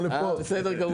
זה קשור לתאגידים.